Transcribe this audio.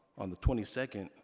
on the twenty second,